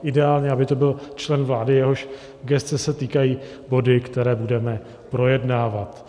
Ideálně aby to byl člen vlády, jehož gesce se týkají body, které budeme projednávat.